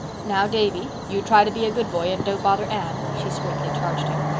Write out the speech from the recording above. now, davy, you try to be a good boy and don't bother anne, she straitly charged him.